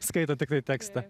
skaito tiktai tekstą